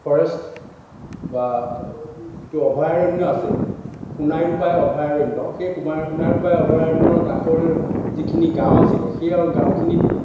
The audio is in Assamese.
ফ'ৰেষ্ট বা যিটো অভয়াৰণ্য় আছে সোণাই ৰূপাই অভয়াৰণ্য় সেই সোমাই সোণাই ৰূপাই অভয়াৰণ্য়ৰ কাষৰ যিখিনি গাঁও আছিল সেই গাঁওখিনিতো